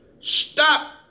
Stop